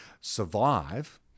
survive